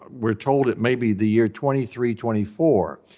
we're told it may be the year twenty three twenty four.